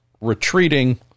retreating